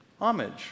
homage